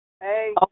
Hey